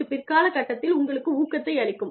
இது பிற்கால கட்டத்தில் உங்களுக்கு ஊக்கத்தை அளிக்கும்